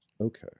Okay